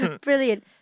Brilliant